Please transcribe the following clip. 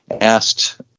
asked